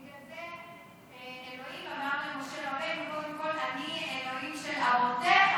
בגלל זה אלוהים אמר למשה רבנו: אני קודם כול אלוהים של אבותיך,